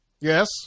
Yes